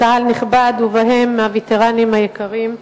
קהל נכבד, ובו הווטרנים היקרים,